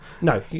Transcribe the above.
No